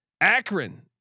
Akron